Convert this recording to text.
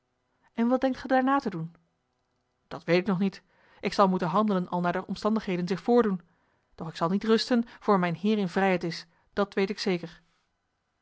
en wat denkt ge daarna te doen dat weet ik nog niet ik zal moeten handelen al naar de omstandigheden zich voordoen doch ik zal niet rusten voor mijn heer in vrijheid is dat weet ik zeker